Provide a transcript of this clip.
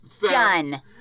Done